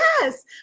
yes